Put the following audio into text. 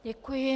Děkuji.